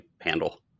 handle